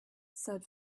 said